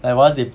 like once they